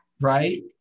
Right